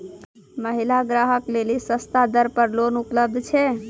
महिला ग्राहक लेली सस्ता दर पर लोन उपलब्ध छै?